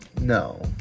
No